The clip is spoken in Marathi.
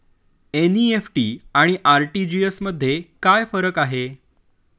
एन.इ.एफ.टी आणि आर.टी.जी.एस मध्ये काय फरक आहे?